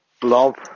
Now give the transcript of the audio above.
blob